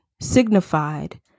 signified